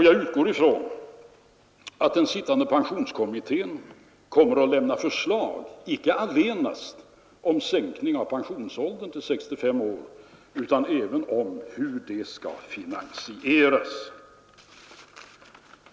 Jag utgår ifrån att den sittande pensionsålderskommittén kommer att lämna förslag icke allenast om sänkning av pensionsåldern till 65 år utan även om hur detta skall finansieras.